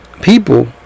people